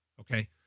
Okay